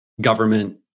government